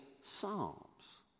psalms